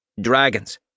Dragons